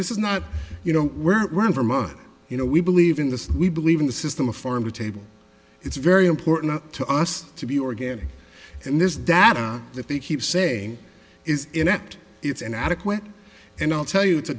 this is not you know we're in vermont you know we believe in this we believe in the system of farm to table it's very important to us to be organic and this data that they keep saying is inept it's inadequate and i'll tell you